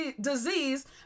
disease